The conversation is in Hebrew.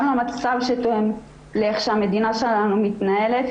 גם למצב שתואם לאיך שהמדינה שלנו מתנהלת,